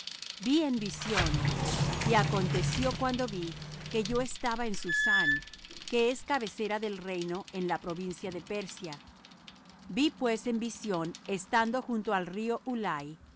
en visión y aconteció cuando vi que yo estaba en susán que es cabecera del reino en la provincia de persia vi pues en visión estando junto al río ulai y